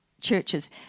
churches